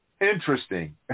interesting